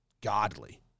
godly